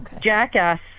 Jackass